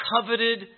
coveted